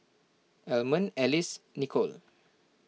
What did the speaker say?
Almond Alice Nichol